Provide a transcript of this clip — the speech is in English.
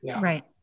Right